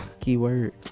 keyword